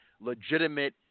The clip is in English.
legitimate